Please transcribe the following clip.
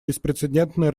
беспрецедентные